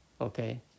Okay